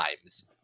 times